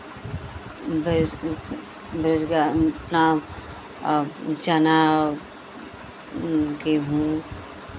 बेरोज़ बेरोज़गार अपना चना और गेहूँ